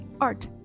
art